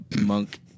monk